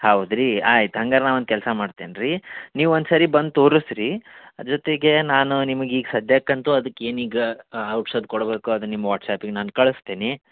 ಹೌದ ರಿ ಆಯ್ತು ಹಂಗಾರೆ ನಾ ಒಂದು ಕೆಲಸ ಮಾಡ್ತೇನೆ ರೀ ನೀವು ಒಂದ್ಸರಿ ಬಂದು ತೋರಿಸ್ ರೀ ಜೊತೆಗೆ ನಾನು ನಿಮ್ಗೆ ಈಗ ಸದ್ಯಕ್ಕಂತೂ ಅದ್ಕೆ ಏನೀಗ ಔಷಧ ಕೊಡಬೇಕು ಅದು ನಿಮ್ಮ ವಾಟ್ಸ್ಆ್ಯಪಿಗೆ ನಾನು ಕಳಿಸ್ತೀನಿ